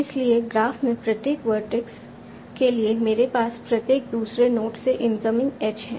इसलिए ग्राफ में प्रत्येक वर्टेक्स के लिए मेरे पास प्रत्येक दूसरे नोड से इनकमिंग एजेज हैं